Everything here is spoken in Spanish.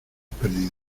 perdido